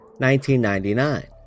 1999